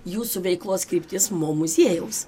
jūsų veiklos kryptis mo muziejaus